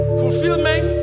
fulfillment